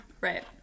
right